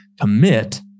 commit